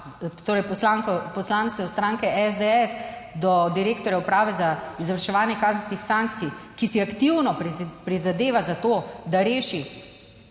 poslancev stranke SDS do direktorja Uprave za izvrševanje kazenskih sankcij, ki si aktivno prizadeva za to, da reši